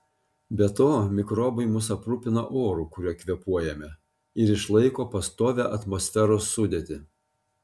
be to mikrobai mus aprūpina oru kuriuo kvėpuojame ir išlaiko pastovią atmosferos sudėtį